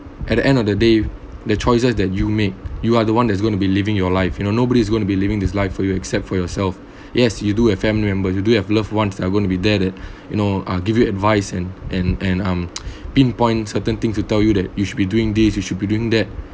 at the end of the day the choices that you make you are the one that is going to be living your life you know nobody is going to be living this life for your except for yourself yes you do have family members you do have loved ones there are going to be there that you know uh give you advice and and and um pinpoint certain thing to tell you that you should be doing this you should be doing that